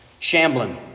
Shamblin